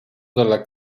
dalla